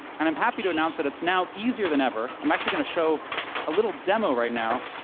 and i'm happy to announce that it's now easier than ever. i'm actually going to show a little demo right now